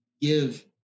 give